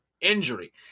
injury